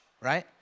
right